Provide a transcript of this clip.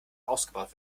ausgebaut